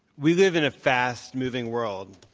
we live in a fast moving world.